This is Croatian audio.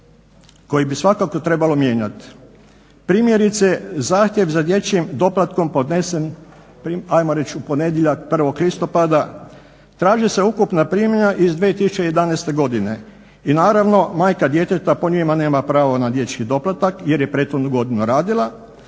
koji bi svakako trebalo mijenjati. Primjerice zahtjev za dječjim doplatkom podnesen ajmo reći u ponedjeljak 1.listopada traže se ukupna primanja iz 2011.godine i naravno majka djeteta po njima nema pravo na dječji doplatak jer je prethodnu godinu radila,